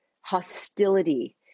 hostility